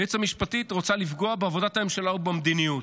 היועצת המשפטית רוצה לפגוע בעבודת הממשלה ובמדיניות.